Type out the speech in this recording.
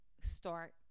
start